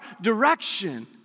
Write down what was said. direction